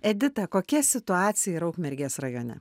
edita kokia situacija yra ukmergės rajone